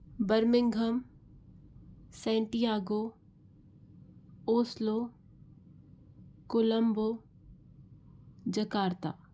Birmingham santiago Oslo Colombo Jakarta